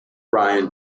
ryan